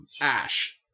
ash